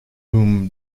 whom